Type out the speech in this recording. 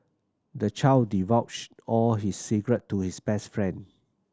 the child divulged all his secret to his best friend